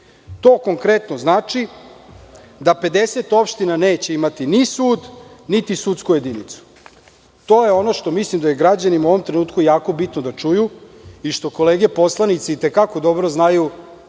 To konkretno znači da 50 opština neće imati ni sud, niti sudsku jedinicu. To je ono što mislim da je građanima u ovom trenutku jako bitno da čuju i što kolege poslanici i te kako dobro znaju